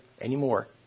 anymore